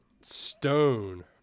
Stone